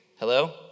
Hello